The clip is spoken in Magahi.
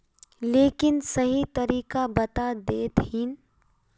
लेकिन सही तरीका बता देतहिन?